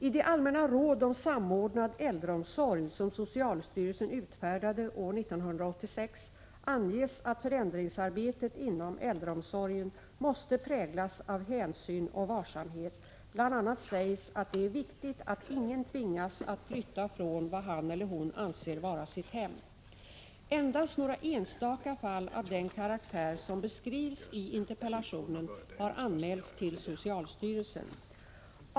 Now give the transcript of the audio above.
I de allmänna råd om samordnad äldreomsorg som socialstyrelsen utfärdade år 1986 anges att förändringsarbetet inom äldreomsorgen måste präglas av hänsyn och varsamhet; bl.a. sägs att ”det är viktigt att ingen tvingas att flytta från vad han eller hon anser vara sitt hem”. Endast några enstaka fall av den karaktär som beskrivs i interpellationen har anmälts till socialstyrelsen.